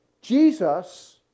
Jesus